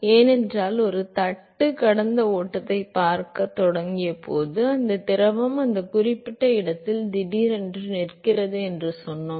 ஏனென்றால் ஒரு தட்டு கடந்த ஓட்டத்தைப் பார்க்கத் தொடங்கியபோது அந்தத் திரவம் அந்த குறிப்பிட்ட இடத்தில் திடீரென நிற்கிறது என்று சொன்னோம்